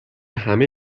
همه